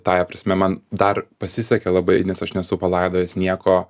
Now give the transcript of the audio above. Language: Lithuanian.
tąja prasme man dar pasisekė labai nes aš nesu palaidojęs nieko